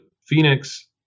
phoenix